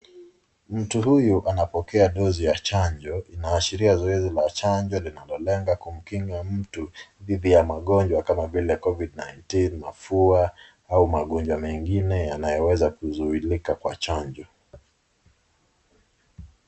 Mtu huyu anapokea dozi ya chanjo. Inaashiria zoezi la chanjo linalolenga kumkinga mtu dhidi ya magonjwa kama vile covid 19 , mafua au magonjwa mengine yanayoweza kuzuilika kwa chanjo.